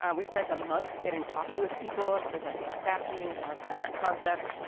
and we spend a month getting coffee with people and presenting at staff meetings and refining our concept.